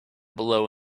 below